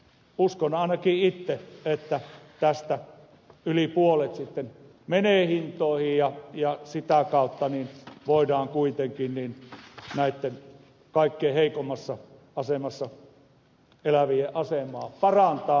uskon ainakin itse että tästä yli puolet menee hintoihin ja sitä kautta voidaan kuitenkin näiden kaikkein heikoimmassa asemassa elävien asemaa parantaa